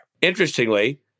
Interestingly